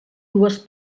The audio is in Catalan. dues